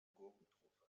gurkentruppe